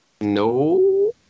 No